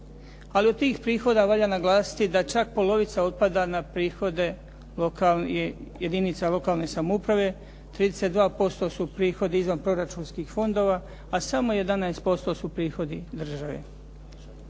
Ali od tih prihoda valja naglasiti da čak polovica otpada na prihode jedinica lokalne samouprave, 32% su prihodi izvanproračunskih fondova, a samo 11% su prihodi države.